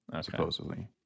supposedly